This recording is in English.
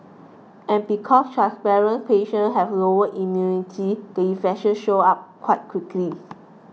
and because patients have lower immunity the infection show up quite quickly